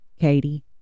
Katie